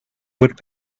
would